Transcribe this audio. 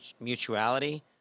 mutuality